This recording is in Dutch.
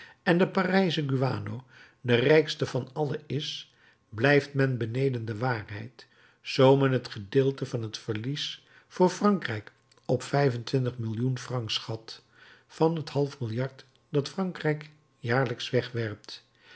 en de parijsche guano de rijkste van alle is blijft men beneden de waarheid zoo men het gedeelte van het verlies voor parijs op vijf-en-twintig millioen francs schat van het half milliard dat frankrijk jaarlijks wegwerpt